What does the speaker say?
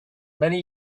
many